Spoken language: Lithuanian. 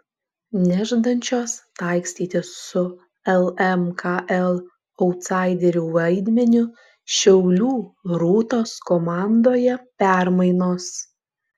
nežadančios taikstytis su lmkl autsaiderių vaidmeniu šiaulių rūtos komandoje permainos